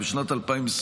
בשנת 2023